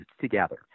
together